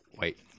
wait